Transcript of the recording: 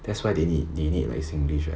that's why they need they need like singlish right